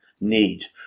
need